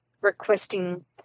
requesting